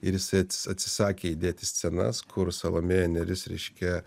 ir jisai atsi atsisakė įdėti scenas kur salomėja neris reiškia